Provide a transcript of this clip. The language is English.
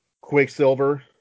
Quicksilver